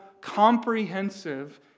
comprehensive